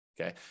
okay